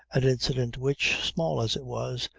an incident which, small as it was,